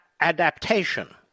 adaptation